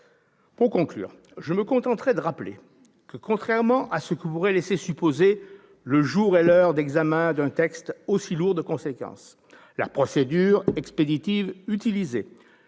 Pour conclure, je me contenterai de rappeler que, contrairement à ce que pourraient laisser supposer le jour et l'heure d'examen d'un texte aussi lourd de conséquences, la procédure expéditive utilisée,